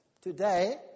Today